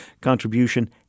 contribution